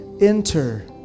enter